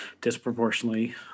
disproportionately